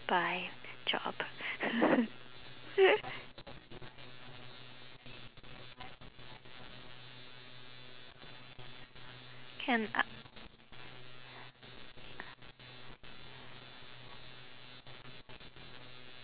bye job